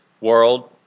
world